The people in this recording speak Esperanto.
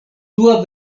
dua